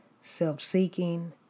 self-seeking